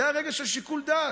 זה הרגע של שיקול הדעת.